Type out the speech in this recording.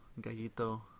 Gallito